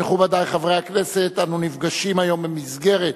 מכובדי חברי הכנסת, אנו נפגשים היום במסגרת